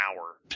hour